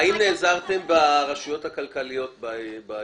האם נעזרתם ברשויות הכלכליות בפיצוח?